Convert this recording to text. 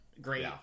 great